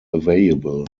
available